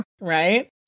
right